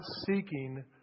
seeking